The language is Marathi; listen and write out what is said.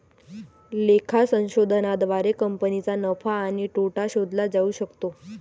लेखा संशोधनाद्वारे कंपनीचा नफा आणि तोटा शोधला जाऊ शकतो